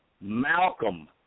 Malcolm